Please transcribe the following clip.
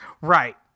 Right